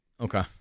Okay